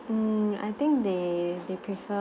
mm I think they they prefe~